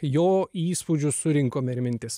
jo įspūdžius surinkome ir mintis